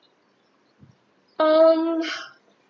um